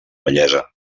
bellesa